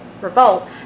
revolt